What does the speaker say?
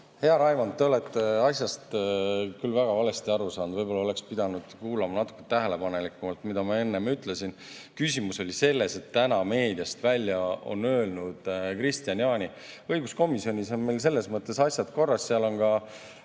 Hea, Raimond, te olete asjast küll väga valesti aru saanud. Võib-olla oleks pidanud kuulama natukene tähelepanelikumalt, mida ma enne ütlesin. Küsimus oli selles, mida täna meedias on öelnud Kristian Jaani. Õiguskomisjonis on meil selles mõttes asjad korras. Seal on ka